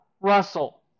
Russell